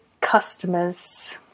customers